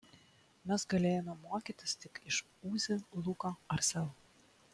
mes galėjome mokytis tik iš uzi luko ar sel